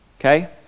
okay